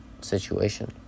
situation